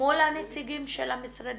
מול הנציגים של המשרדים,